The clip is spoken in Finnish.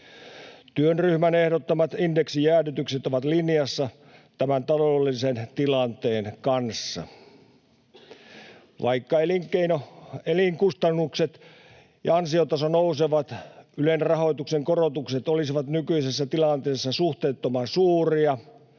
Työryhmän ehdottamat indeksijäädytykset ovat linjassa tämän taloudellisen tilanteen kanssa. Vaikka elinkustannukset ja ansiotaso nousevat, Ylen rahoituksen korotukset olisivat nykyisessä tilanteessa suhteettoman suuria,